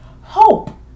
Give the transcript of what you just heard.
Hope